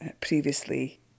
previously